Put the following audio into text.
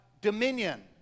dominion